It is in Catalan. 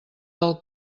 del